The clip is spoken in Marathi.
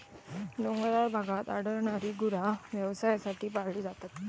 डोंगराळ भागात आढळणारी गुरा व्यवसायासाठी पाळली जातात